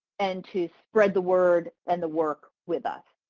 and to spread the word and the work with us.